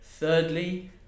Thirdly